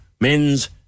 men's